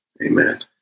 Amen